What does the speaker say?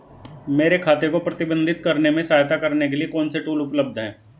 मेरे खाते को प्रबंधित करने में सहायता के लिए कौन से टूल उपलब्ध हैं?